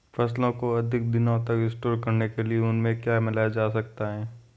फसलों को अधिक दिनों तक स्टोर करने के लिए उनमें क्या मिलाया जा सकता है?